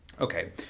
Okay